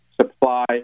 supply